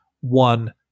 one